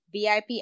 VIP